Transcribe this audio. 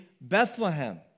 Bethlehem